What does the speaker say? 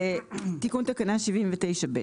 תיקון תקנה 79ב,